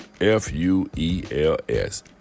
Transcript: F-U-E-L-S